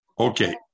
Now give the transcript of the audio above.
Okay